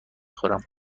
خورم